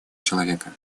человека